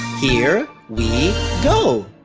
here we go!